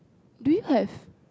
do you have